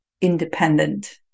independent